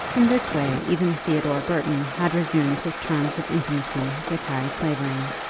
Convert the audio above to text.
in this way even theodore burton had resumed his terms of intimacy with harry clavering.